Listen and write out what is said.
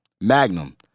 Magnum